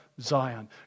Zion